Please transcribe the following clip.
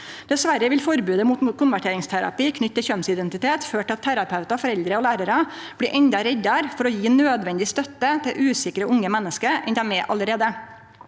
Dessverre vil forbodet mot konverteringsterapi knytt til kjønnsidentitet føre til at terapeutar, foreldre og lærarar blir endå reddare for å gje nødvendig støtte til usikre unge menneske enn dei allereie